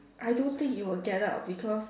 I don't think it will get out because